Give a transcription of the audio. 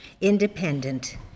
Independent